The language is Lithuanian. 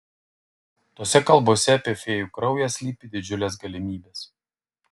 tose kalbose apie fėjų kraują slypi didžiulės galimybės